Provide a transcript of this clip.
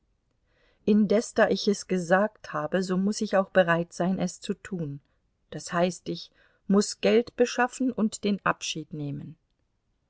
indes da ich es gesagt habe so muß ich auch bereit sein es zu tun das heißt ich muß geld beschaffen und den abschied nehmen